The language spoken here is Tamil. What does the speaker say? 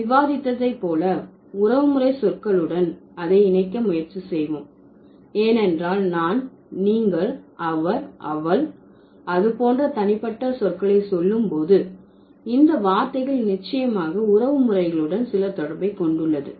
நாம் விவாதித்ததை போல உறவுமுறை சொற்களுடன் அதை இணைக்க முயற்சி செய்வோம் ஏனென்றால் நான் நீங்கள் அவர் அவள் அது போன்ற தனிப்பட்ட சொற்களை சொல்லும் போது இந்த வார்த்தைகள் நிச்சயமாக உறவு முறைகளுடன் சில தொடர்பை கொண்டுள்ளது